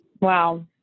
Wow